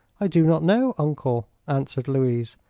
i do not know, uncle, answered louise,